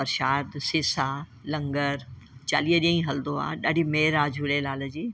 परशाद सेसा लंगर चालीह ई ॾींहं हलंदो आहे ॾाढी महिर आहे झूलेलाल जी